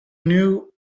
knew